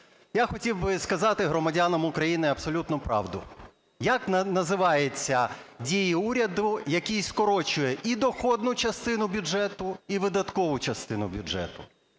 Я хотів би сказати громадянам України абсолютну правду. Як називаються дії уряду, який скорочує і доходну частину бюджету, і видаткову частину бюджету?